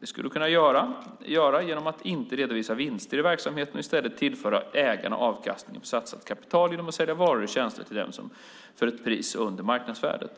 Det skulle de kunna göra genom att inte redovisa vinster i verksamheten och i stället tillföra ägarna avkastningen på satsat kapital genom att sälja varor eller tjänster till dem för ett pris under marknadsvärdet.